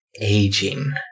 aging